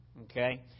okay